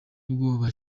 ubwoba